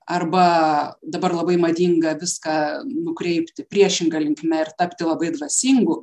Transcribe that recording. arba dabar labai madinga viską nukreipti priešinga linkme ir tapti labai dvasingu